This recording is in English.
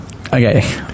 okay